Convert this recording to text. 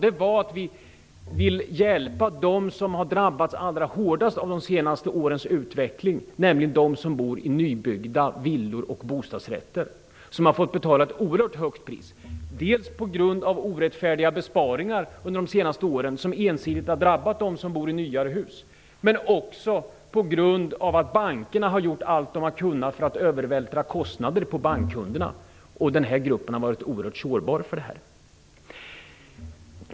Det var att vi vill hjälpa dem som har drabbats allra hårdast av de senaste årens utveckling, nämligen dem som bor i nybyggda villor och bostadsrätter. De har fått betala oerhört högt pris, dels på grund av orättfärdiga besparingar under de senaste åren som ensidigt har drabbat dem som bor i nyare hus, dels på grund av att bankerna har gjort allt vad de har kunnat för att övervältra kostnader på bankkunderna. Den här gruppen har varit oerhört sårbar.